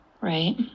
Right